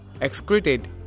excreted